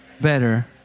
better